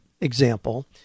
example